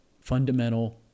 fundamental